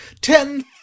ten